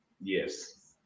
Yes